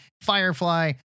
Firefly